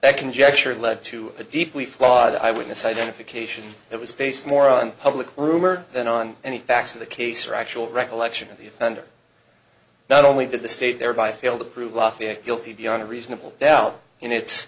that conjecture led to a deeply flawed eyewitness identification that was based more on public rumor than on any facts of the case or actual recollection of the offender not only did the state thereby feel the prove lafayette guilty beyond a reasonable doubt in its